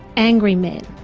angry men,